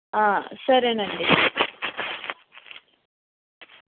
సరేనండి